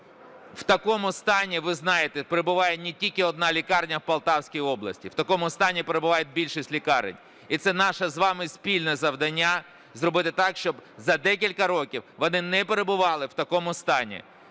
В такому стані, ви знаєте, перебуває не тільки одна лікарня в Полтавській області, в такому стані перебувають більшість лікарень. І це наше з вами спільне завдання - зробити так, щоб за декілька років вони не перебували в такому стані.